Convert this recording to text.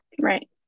Right